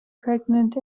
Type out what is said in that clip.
pregnant